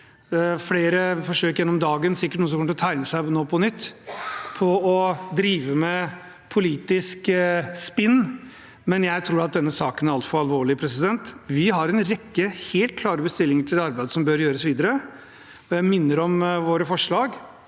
flere forsøk gjennom dagen. Det er sikkert noen som kommer til å tegne seg nå på nytt for å drive med politisk spinn, men jeg tror at denne saken er altfor alvorlig. Vi har en rekke helt klare bestillinger til det arbeidet som bør gjøres videre, og jeg minner om våre forslag.